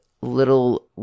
little